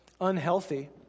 unhealthy